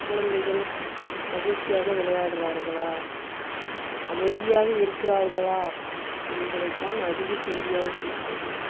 குழந்தைகள் மகிழ்ச்சியாக விளையாட்கிறார்களா அமைதியாக இருக்கிறார்களா என்பதை தான் அதிக கேள்வியாக கேட்கின்றனர்